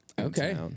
okay